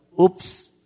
oops